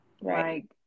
right